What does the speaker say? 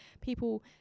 people